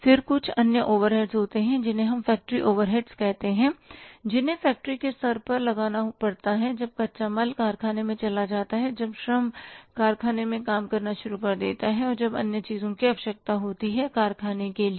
फिर कुछ अन्य ओवरहेड्स होते हैं जिन्हें हम फैक्ट्री ओवरहेड्स कहते हैं जिन्हें फैक्टरी के स्तर पर लगाना पड़ता है जब कच्चा माल कारखाने में चला जाता है जब श्रम कारखाने में काम करना शुरू कर देता है और जब अन्य चीजों की आवश्यकता होती है कारखाने के लिए